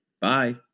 Bye